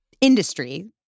industry